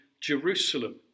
Jerusalem